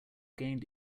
gained